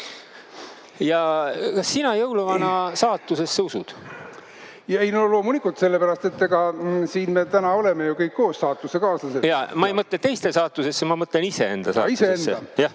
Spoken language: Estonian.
koos saatusekaaslased. Ei no loomulikult, sellepärast et siin me täna oleme ju kõik koos saatusekaaslased. Ma ei mõtle teiste saatusesse, ma mõtlen iseenda saatusesse.